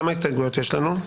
כמה הסתייגויות יש לנו?